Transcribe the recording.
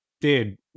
Dude